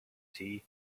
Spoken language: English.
tea